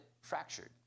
fractured